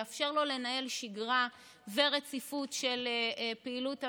יאפשר לו לנהל שגרה ורציפות של פעילות המשק,